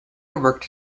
worked